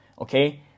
okay